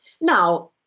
Now